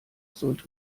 sollte